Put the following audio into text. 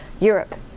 Europe